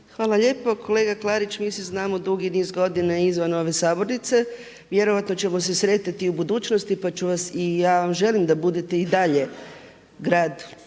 Hvala lijepo. Kolega Klarić, mi se znamo dugi niz godina i izvan ove sabornice. Vjerojatno ćemo se sretati i u budućnosti, pa ću vas i ja vam želim da budete i dalje